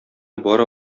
бара